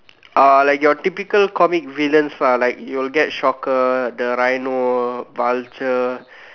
uh like your typical comic villains lah like you'll get shocker the Rhino vulture